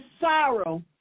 sorrow